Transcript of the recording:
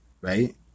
Right